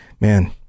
Man